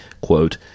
quote